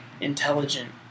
intelligent